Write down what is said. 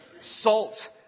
salt